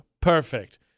Perfect